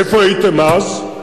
איפה הייתם אז?